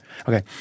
Okay